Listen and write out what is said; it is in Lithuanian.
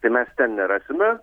tai mes ten nerasime